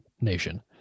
nation